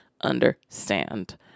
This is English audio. understand